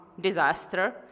disaster